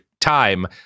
time